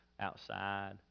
outside